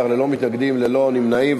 בעד, 17, ללא מתנגדים וללא נמנעים.